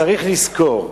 צריך לזכור,